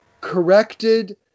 corrected